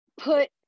put